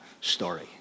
story